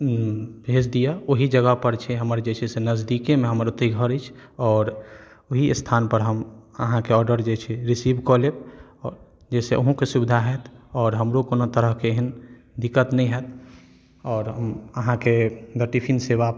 भेज दिअ ओही जगहपर जे छै से हमर नजदीकेमे हमर ओतय घर अछि आओर ओही स्थानपर जे छै से हम अहाँके ऑर्डरके रिसीव कऽ लेब जाहिसँ अहुँके सुविधा हैत आओर हमरो कोनो तरहके एहन दिक्कत नहि हैत आओर हम अहाँके टिफिन सेवा